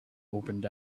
opened